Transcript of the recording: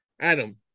Adam